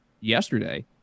yesterday